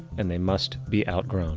and they must be outgrown